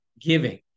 giving